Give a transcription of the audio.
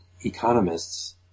economists